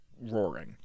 roaring